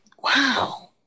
Wow